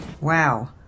Wow